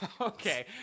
okay